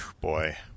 Boy